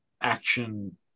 action